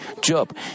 Job